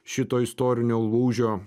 šito istorinio lūžio